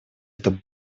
это